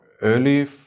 early